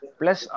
plus